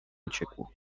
uciekł